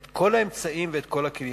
את כל האמצעים ואת כל הכלים.